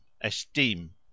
Esteem